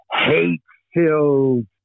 hate-filled